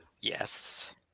Yes